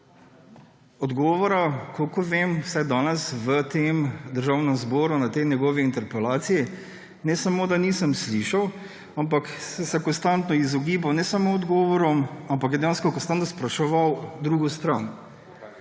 Odgovora, kolikor vem, vsaj danes v Državnem zboru na tej njegovi interpelaciji ne samo da nisem slišal, ampak se je konstantno izogibal ne samo odgovoru, ampak je dejansko konstanto spraševal drugo stran.